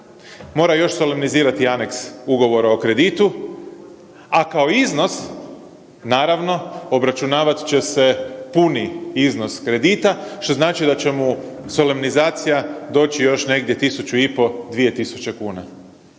mora još solemnizirati aneks ugovora o kreditu, a kao iznos naravno obračunavat će puni iznos kredita što znači da će mu solemnizacija doći još negdje 1.500 – 2.000 kuna.